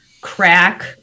crack